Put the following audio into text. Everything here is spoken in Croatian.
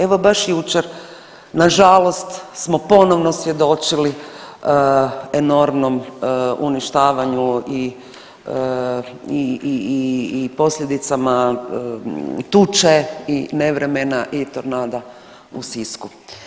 Evo baš jučer nažalost smo ponovno svjedočili enormnom uništavanju i posljedicama tuče i nevremena i tornada u Sisku.